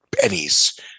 pennies